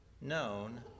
known